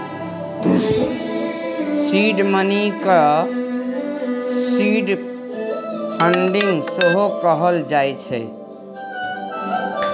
seed money केँ seed funding सेहो कहल जाइ छै